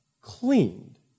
cleaned